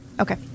Okay